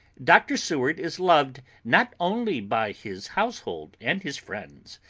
dr. seward is loved not only by his household and his friends,